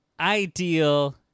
ideal